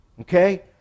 Okay